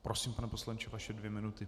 Prosím, pane poslanče, vaše dvě minuty.